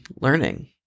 learning